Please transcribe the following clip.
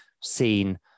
seen